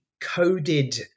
coded